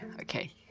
okay